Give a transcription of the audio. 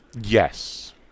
Yes